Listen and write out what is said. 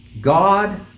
God